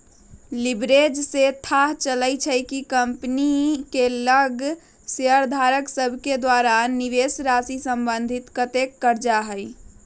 leverage से थाह चलइ छइ कि कंपनी के लग शेयरधारक सभके द्वारा निवेशराशि संबंधित कतेक करजा हइ